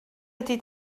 ydy